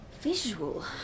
Visual